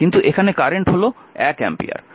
কিন্তু এখানে কারেন্ট হল 1 অ্যাম্পিয়ার